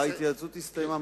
ההתייעצות הסתיימה,